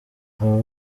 aba